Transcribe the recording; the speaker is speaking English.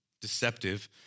deceptive